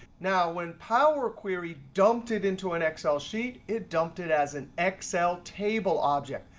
now, when power query dumped it into an excel sheet, it dumped it as an excel table object.